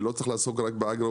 ולא צריך לעסוק רק באגרו-וולטאי,